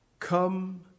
Come